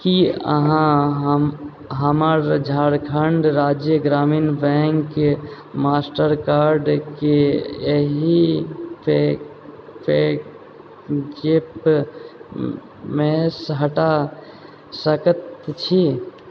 की अहाँ हमर झारखण्ड राज्य ग्रामीण बैंकके मास्टर कार्डके एहि पेजैपमेसँ हटा सकै छी